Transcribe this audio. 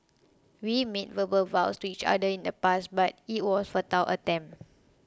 we made verbal vows to each other in the past but it was a futile attempt